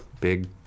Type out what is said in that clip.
big